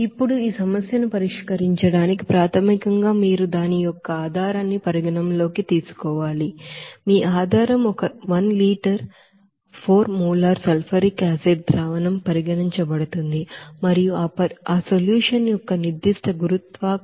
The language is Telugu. ఇప్పుడు ఈ సమస్యను పరిష్కరించడానికి ప్రాథమికంగా మీరు దాని యొక్క ఆధారాన్ని పరిగణనలోకి తీసుకోవాలి మీ ఆధారం ఒక litre 4 molar sulphuric acid solution పరిగణించబడుతుంది మరియు ఆ పరిష్కారం యొక్క నిర్దిష్ట గురుత్వాకర్షణ 1